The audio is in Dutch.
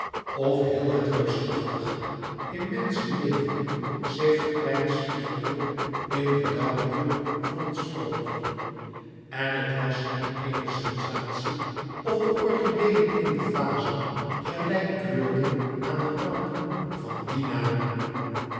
of heel het reusachtige immense leven zich verkleind spiegelde in den dauwdrup van het sprookje en het was hem eene sensatie of de orchideeën in de vazen gelijk kleurden aan den klank van die namen